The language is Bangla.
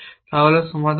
তাহলে এর সমাধান কি